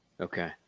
Okay